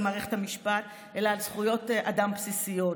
מערכת המשפט אלא על זכויות אדם בסיסיות.